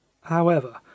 However